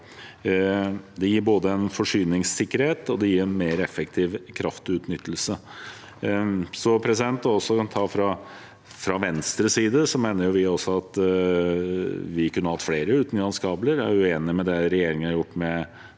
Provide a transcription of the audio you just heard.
Det gir både forsyningssikkerhet og en mer effektiv kraftutnyttelse. Fra Venstres side mener vi også at vi kunne hatt flere utenlandskabler. Jeg er uenig i det regjeringen har gjort når